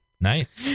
Nice